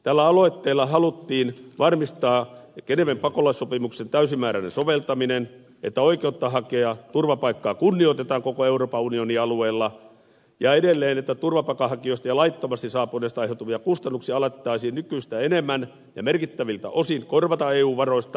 tällä aloitteella haluttiin varmistaa geneven pakolaissopimuksen täysimääräinen soveltaminen että oikeutta hakea turvapaikkaa kunnioitetaan koko euroopan unionin alueella ja edelleen turvapaikanhakijoista ja laittomasti saapuneista aiheutuvia kustannuksia alettaisiin nykyistä enemmän ja merkittäviltä osin korvata eun varoista